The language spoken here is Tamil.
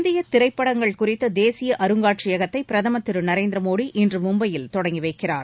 இந்திய திரைப்படங்கள் குறித்த தேசிய அருங்காட்சியகத்தை பிரதமர் திரு நரேந்திர மோடி இன்று மும்பையில் தொடங்கி வைக்கிறார்